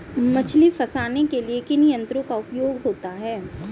मछली फंसाने के लिए किन यंत्रों का उपयोग होता है?